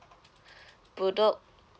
bedok